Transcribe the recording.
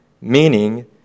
meaning